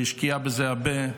שהשקיע בזה הרבה,